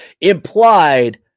implied